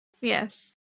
Yes